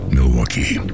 Milwaukee